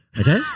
Okay